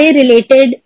related